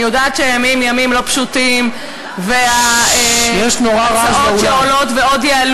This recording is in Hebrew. אני יודעת שהימים ימים לא פשוטים וההצעות שעולות ששש,